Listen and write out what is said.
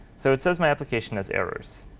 so it says my application has errors.